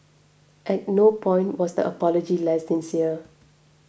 at no point was the apology less sincere